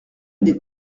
des